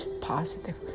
positive